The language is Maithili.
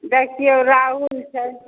देखिऔ राहुल छै